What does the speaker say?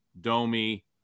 Domi